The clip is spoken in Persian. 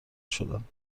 شدم